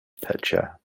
pitcher